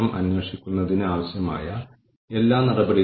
അതിനാൽ ഇതിനെ human resource process scorecard എന്ന് വിളിക്കുന്നു